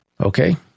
okay